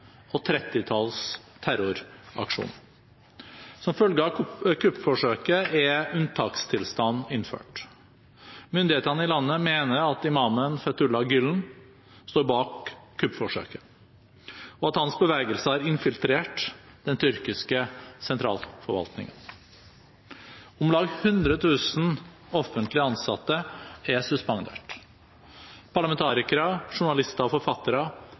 et trettitalls terroraksjoner. Som følge av kuppforsøket er unntakstilstand innført. Myndighetene i landet mener at imamen Fethullah Gülen står bak kuppforsøket, og at hans bevegelse har infiltrert den tyrkiske sentralforvaltningen. Om lag 100 000 offentlig ansatte er suspendert. Parlamentarikere, journalister og forfattere